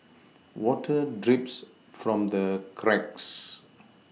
water drips from the cracks